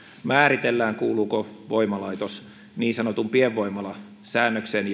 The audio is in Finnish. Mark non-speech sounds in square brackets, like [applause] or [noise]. määritellään kuuluuko voimalaitos niin sanotun pienvoimalasäännöksen [unintelligible]